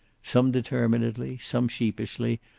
some determinedly, some sheepishly,